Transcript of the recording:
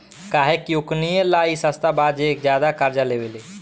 काहे कि ओकनीये ला ई सस्ता बा जे ज्यादे कर्जा लेवेला